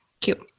Cute